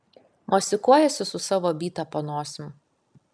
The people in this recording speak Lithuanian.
mosikuojasi su savo byta po nosim